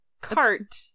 cart